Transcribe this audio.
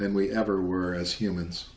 than we ever were as humans